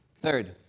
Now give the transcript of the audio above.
Third